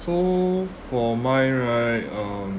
so for mine right um